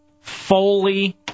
Foley